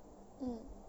mm